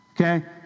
Okay